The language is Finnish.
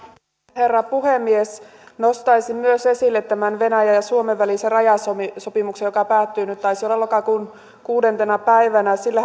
herra puhemies nostaisin myös esille tämän venäjän ja suomen välisen rajasopimuksen joka päättyy nyt taisi olla lokakuun kuudentena päivänä